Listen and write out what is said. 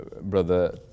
Brother